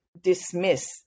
dismiss